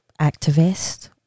activist